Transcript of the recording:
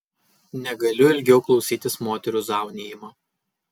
negaliu ilgiau klausytis moterų zaunijimo